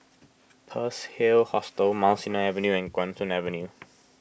Pearl's Hill Hostel Mount Sinai Avenue and Guan Soon Avenue